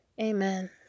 Amen